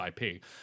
IP